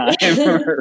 time